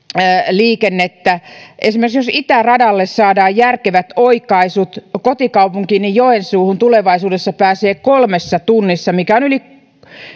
liikennettä esimerkiksi jos itäradalle saadaan järkevät oikaisut kotikaupunkiini joensuuhun tulevaisuudessa pääsee kolmessa tunnissa mikä on yli